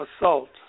assault